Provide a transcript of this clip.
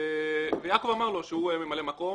יעקב אמר לו שהוא ממלא מקום.